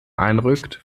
einrückt